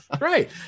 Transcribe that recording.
right